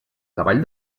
cavall